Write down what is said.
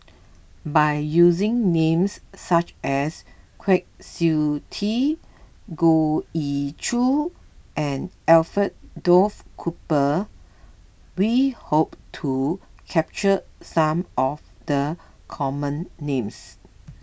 by using names such as Kwa Siew Tee Goh Ee Choo and Alfred Duff Cooper we hope to capture some of the common names